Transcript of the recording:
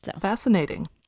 fascinating